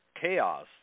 Chaos